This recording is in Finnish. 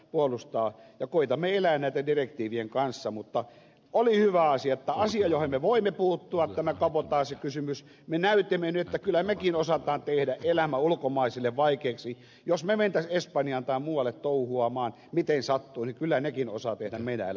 puolustaa ja puita millään että direktiivien kanssa mutta oli hyvä asia paha asia johon me voimme puuttua tämä tavoittaisi kysymys me näytimme nyt kyllä mekin osataan viedä elämä ulkomaisille vaikeiksi jos me mentä espanjalta muualle touhuamaan miten saat tuli kyllä nekin osaa tehdä mitään